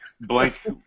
blank